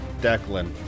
Declan